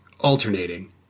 alternating